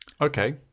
Okay